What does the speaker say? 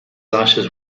ashes